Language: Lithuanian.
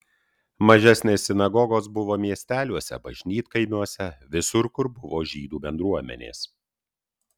mažesnės sinagogos buvo miesteliuose bažnytkaimiuose visur kur buvo žydų bendruomenės